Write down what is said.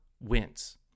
wins